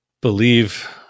believe